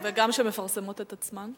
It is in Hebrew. וגם שמפרסמות את עצמן?